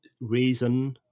reason